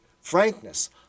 frankness